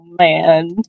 man